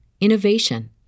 innovation